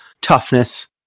toughness